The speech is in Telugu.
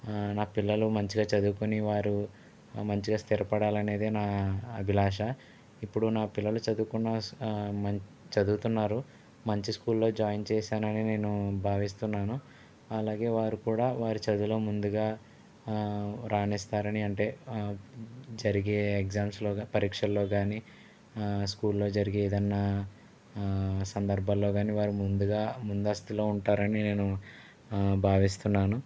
నా పిల్లలు మంచిగా చదువుకొని వారు మంచిగా స్థిరపడాలనేదే నా అభిలాష ఇప్పుడు నా పిల్లలు చదువుకున్న చదువుతున్నారు మంచి స్కూల్లో జాయిన్ చేశాను అని నేను భావిస్తున్నాను అలాగే వారు కూడా వారి చదువులో ముందుగా రాణిస్తున్నారు అంటే జరిగే ఎగ్జామ్స్లో పరీక్షల్లో గాని స్కూల్లో జరిగేదన్న సందర్భంలో గాని వారు ముందుగా ముందస్తులో ఉంటారని నేను భావిస్తున్నాను